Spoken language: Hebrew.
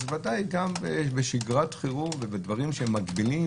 ודאי גם בשגרת חירום ובדברים מגבילים